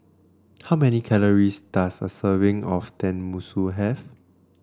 how many calories does a serving of Tenmusu have